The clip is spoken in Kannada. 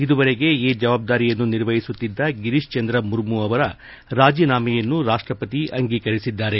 ಇದುವರೆಗೆ ಈ ಜವಾಬ್ದಾರಿಯನ್ನು ನಿರ್ವಹಿಸುತ್ತಿದ್ದ ಗಿರೀಶ್ ಚಂದ್ರ ಮುರ್ಮು ಅವರ ರಾಜೀನಾಮೆಯನ್ನು ರಾಷ್ಟಪತಿ ಅಂಗೀಕರಿಸಿದ್ದಾರೆ